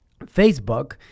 facebook